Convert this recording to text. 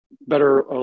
better